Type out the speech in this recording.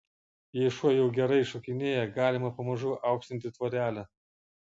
jei šuo jau gerai šokinėja galima pamažu aukštinti tvorelę